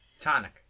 Tonic